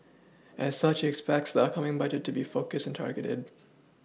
as such he expects the upcoming budget to be focused and targeted